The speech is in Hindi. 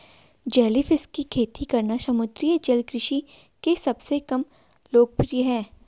जेलीफिश की खेती करना समुद्री जल कृषि के सबसे कम लोकप्रिय है